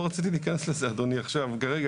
לא רציתי להיכנס לזה עכשיו אדוני,